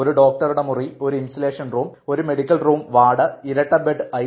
ഒരു ഡോക്ടറുടെ മുറി ഒരു ഇൻസുലേഷൻ റൂം ഒരു മെഡിക്കൽ റൂം വാർഡ് ഇരട്ട ബെഡ് ഐ